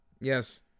Yes